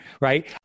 right